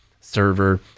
server